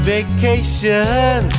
Vacation